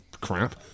crap